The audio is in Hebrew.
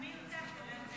ההצעה להעביר את